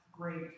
great